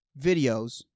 videos